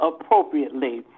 appropriately